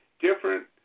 different